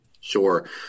Sure